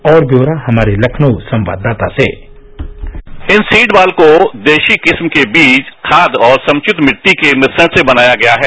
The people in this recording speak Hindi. और व्यौरा हमारे लखनऊ संवाददाता से इन सीड बॉल को देसी किस्म के बीज खाद और संक्षिप्त मिट्टी के मिश्रण से बनाया गया है